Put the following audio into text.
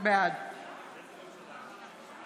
בעד